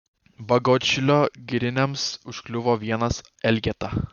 bagotšilio giriniams užkliuvo vienas elgeta